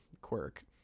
quirk